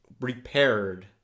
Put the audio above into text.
repaired